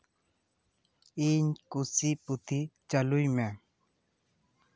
ᱤᱧ ᱠᱩᱥᱤ ᱯᱩᱛᱷᱤ ᱪᱟᱹᱞᱩᱭ ᱢᱮ